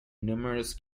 numerous